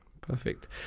perfect